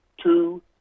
two